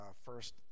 First